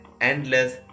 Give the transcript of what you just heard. endless